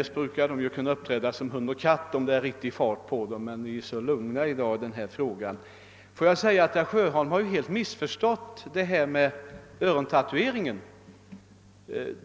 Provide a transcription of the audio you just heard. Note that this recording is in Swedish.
att fördenskull uppträda som hund och katt. I dag är de så lugna i sin replikväxling. Herr Sjöholm har helt missförstått förslaget om = örontatuering.